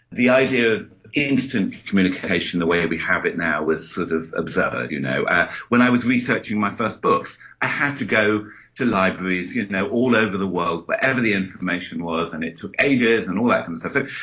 the idea of instant communication the way we have it now was sort of absurd. you know when i was researching my first books, i had to go to libraries you know all over the world, wherever the information was and it took ages and all that kind of stuff. so